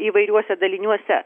įvairiuose daliniuose